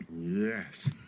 Yes